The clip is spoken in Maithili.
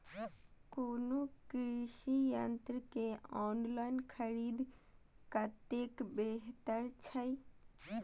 कोनो कृषि यंत्र के ऑनलाइन खरीद कतेक बेहतर छै?